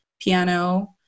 piano